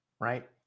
right